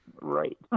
Right